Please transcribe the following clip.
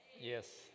Yes